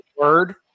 word